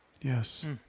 Yes